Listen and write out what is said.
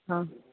ആ